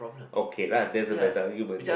okay lah that's a better argument then